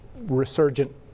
resurgent